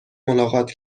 ملاقات